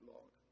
Lord